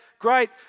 Great